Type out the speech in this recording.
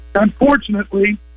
Unfortunately